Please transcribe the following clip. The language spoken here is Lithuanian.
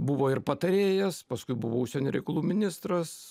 buvo ir patarėjas paskui buvo užsienio reikalų ministras